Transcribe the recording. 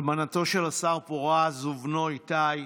אלמנתו של השר פורז ובנו איתי,